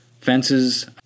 fences